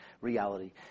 reality